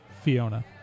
Fiona